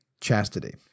Chastity